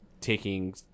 taking